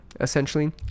essentially